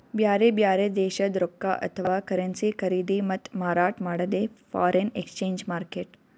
ಬ್ಯಾರೆ ಬ್ಯಾರೆ ದೇಶದ್ದ್ ರೊಕ್ಕಾ ಅಥವಾ ಕರೆನ್ಸಿ ಖರೀದಿ ಮತ್ತ್ ಮಾರಾಟ್ ಮಾಡದೇ ಫಾರೆನ್ ಎಕ್ಸ್ಚೇಂಜ್ ಮಾರ್ಕೆಟ್